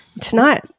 Tonight